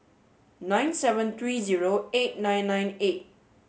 nine seven three zero eight nine nine eight